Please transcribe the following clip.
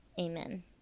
amen